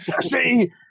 See